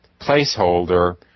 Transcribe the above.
placeholder